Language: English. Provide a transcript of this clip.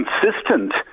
consistent